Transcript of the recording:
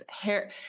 hair